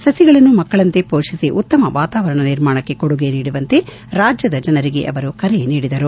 ಸಸಿಗಳನ್ನು ಮಕ್ಕಳಂತೆ ಹೋಷಿಸಿ ಉತ್ತಮ ವಾತಾವರಣ ನಿರ್ಮಾಣಕ್ಕೆ ಕೊಡುಗೆ ನೀಡುವಂತೆ ರಾಜ್ಯದ ಜನರಿಗೆ ಕರೆ ನೀಡಿದ್ದರು